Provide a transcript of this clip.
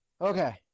Okay